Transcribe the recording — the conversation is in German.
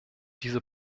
diese